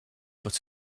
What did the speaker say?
but